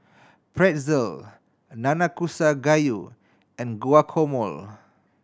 Pretzel Nanakusa Gayu and Guacamole